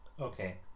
Okay